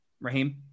Raheem